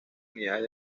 unidades